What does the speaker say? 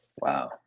Wow